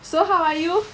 so how are you